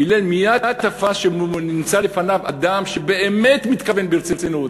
הלל מייד תפס שנמצא לפניו אדם שבאמת מתכוון ברצינות.